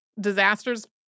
disaster's